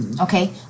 Okay